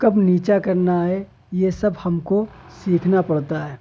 کب نیچا کرنا ہے یہ سب ہم کو سیکھنا پڑتا ہے